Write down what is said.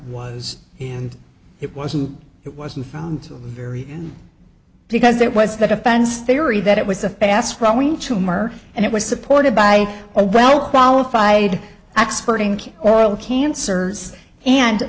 was and it wasn't it wasn't found very because it was the defense theory that it was a fast growing tumor and it was supported by a well qualified expert inc or law cancers and